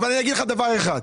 אבל אני אגיד לך דבר אחד.